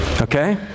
Okay